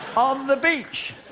on the beach.